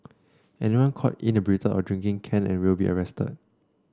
anyone caught inebriated or drinking can and will be arrested